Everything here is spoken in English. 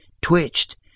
twitched